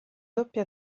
doppia